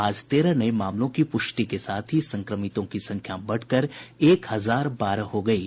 आज तेरह नये मामलों की प्रष्टि के साथ ही संक्रमितों की संख्या बढ़कर एक हजार बारह हो गयी है